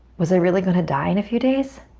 was i really gonna die in a few days?